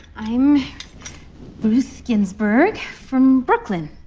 i'm ruth ginsburg from brooklyn